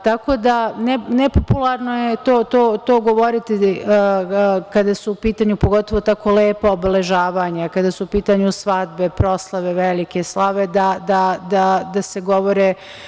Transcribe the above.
Tako da, nepopularno je to govoriti kada su u pitanju, pogotovo tako lepa obeležavanja, kada su u pitanju svadbe, proslave, velike slave, da se o tome govori.